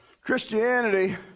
Christianity